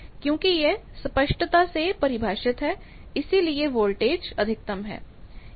क्योंकि यह स्पष्टता सेपरिभाषित है इसलिए वोल्टेज अधिकतम है